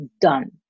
done